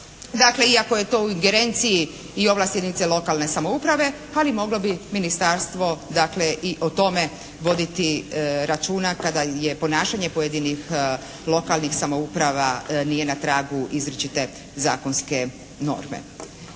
iako je to u ingerenciji i ovlasti jedinice lokalne samouprave ali moglo bi ministarstvo dakle i o tome voditi računa kada je ponašanje pojedinih lokalnih samouprava nije na tragu izričite zakonske norme.